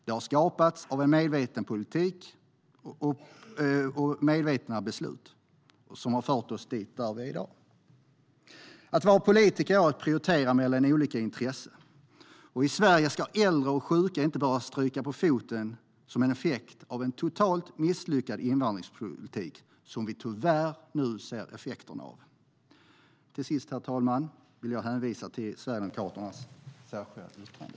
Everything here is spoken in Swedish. Den har skapats genom en medveten politik och medvetna beslut och fört oss dit där vi är i dag. Att vara politiker är att prioritera mellan olika intressen. I Sverige ska äldre och sjuka inte behöva stryka på foten som en effekt av en totalt misslyckad invandringspolitik. Det är denna politik som vi nu tyvärr ser effekterna av. Herr talman! Till sist vill jag hänvisa till Sverigedemokraternas särskilda yttrande.